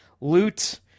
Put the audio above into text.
loot